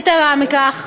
יתרה מזו,